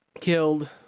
killed